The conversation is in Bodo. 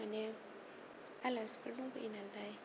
माने आलासिफोर दंफैयो नालाय